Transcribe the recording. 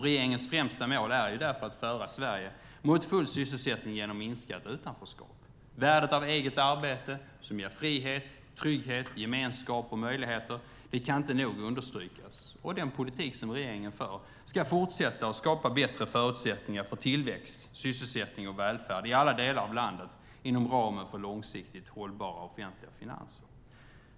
Regeringens främsta mål är därför att föra Sverige mot full sysselsättning genom minskat utanförskap. Värdet av eget arbete som ger frihet, trygghet, gemenskap och möjligheter kan inte nog understrykas. Den politik som regeringen för ska fortsätta skapa bättre förutsättningar för tillväxt, sysselsättning och välfärd i alla delar av landet inom ramen för långsiktigt hållbara offentliga finanser.